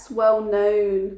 well-known